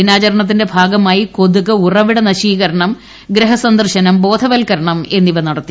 ദിനാചരണത്തിന്റെ ഭാഗമായി കൊതുക് ഉറവിട നശീകരണം ഗൃഹസന്ദർശനം ബോധവത്ക്കരണം എന്നിവ നടത്തി